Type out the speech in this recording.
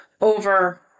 over